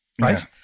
right